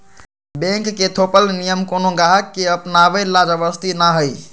bank के थोपल नियम कोनो गाहक के अपनावे ला जबरदस्ती न हई